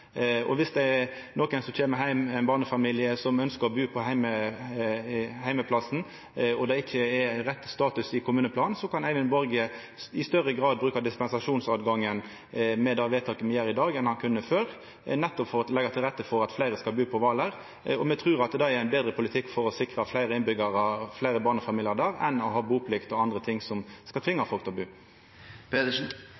det er ein barnefamilie som ønskjer å bu på heimplassen og det ikkje er rette status i kommuneplanen, kan Eyvind Borge i større grad bruka dispensasjonshøvet med det vedtaket me gjer i dag, enn han kunne før, nettopp for å leggja til rette for at fleire skal bu på Hvaler. Me trur det er ein betre politikk for å sikra fleire innbyggjarar og fleire barnefamiliar der enn å ha buplikt og andre ting som skal